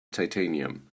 titanium